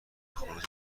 خروج